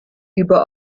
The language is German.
über